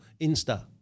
Insta